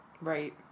Right